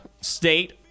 state